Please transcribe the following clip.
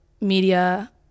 media